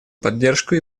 поддержку